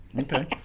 Okay